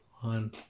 one